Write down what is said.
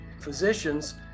physicians